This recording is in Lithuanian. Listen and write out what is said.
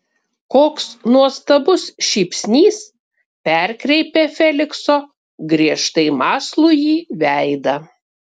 koks nuostabus šypsnys perkreipia felikso griežtai mąslųjį veidą